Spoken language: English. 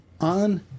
on